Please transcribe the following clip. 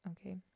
okay